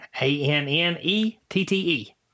A-N-N-E-T-T-E